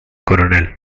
coronel